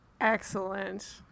Excellent